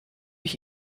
ich